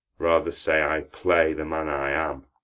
rather say, i play the man i am.